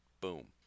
Boom